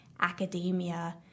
academia